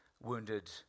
wounded